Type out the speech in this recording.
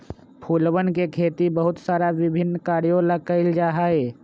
फूलवन के खेती बहुत सारा विभिन्न कार्यों ला कइल जा हई